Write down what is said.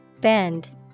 Bend